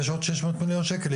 יש עוד שש מאות מיליון שקל,